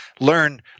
learn